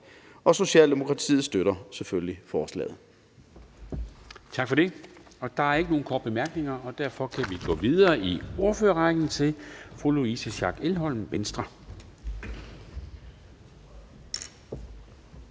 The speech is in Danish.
Formanden (Henrik Dam Kristensen): Tak for det. Der er ikke nogen korte bemærkninger, og derfor kan vi gå videre i ordførerrækken til fru Louise Schack Elholm, Venstre.